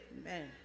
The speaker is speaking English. Amen